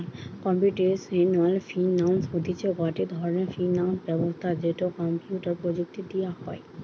computational finance হতিছে গটে ধরণের ফিনান্স ব্যবস্থা যেটো কম্পিউটার প্রযুক্তি দিয়া হই